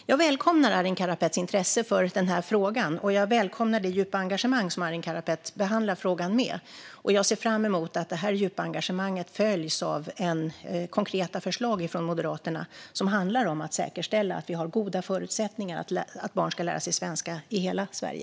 Jag välkomnar Arin Karapets intresse för denna fråga och det djupa engagemang som han behandlar frågan med. Jag ser fram emot att detta djupa engagemang följs av konkreta förslag från Moderaterna som handlar om att säkerställa att barn ska ha goda förutsättningar att lära sig svenska i hela Sverige.